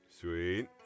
Sweet